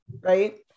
right